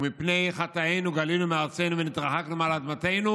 "ומפני חטאינו גלינו מארצנו ונתרחקנו מעל אדמתנו"